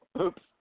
Oops